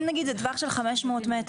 אם נגיד זה טווח של 500 מטר,